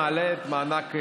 ומעלה את מענק העבודה.